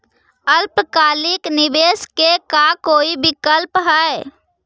अल्पकालिक निवेश के का कोई विकल्प है?